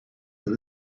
that